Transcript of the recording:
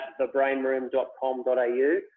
thebrainroom.com.au